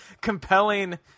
compelling